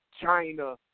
China